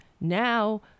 now